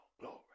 glory